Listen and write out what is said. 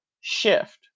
shift